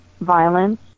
violence